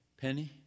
Penny